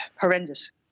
horrendous